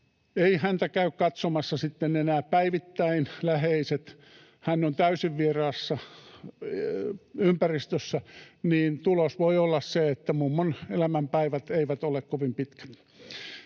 sitten enää katsomassa päivittäin läheiset, hän on täysin vieraassa ympäristössä, niin tulos voi olla se, että mummon elämän päivät eivät ole kovin pitkät.